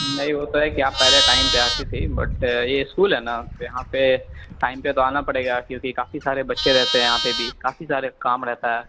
نہیں وہ تو ہے کہ آپ پہلے ٹائم پہ آتی تھیں بٹ یہ اسکول ہے نا یہاں پہ ٹائم پہ تو آنا پڑے گا کیونکہ کافی سارے بچے رہتے ہیں یہاں پہ بھی کافی سارے کام رہتا ہے